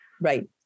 Right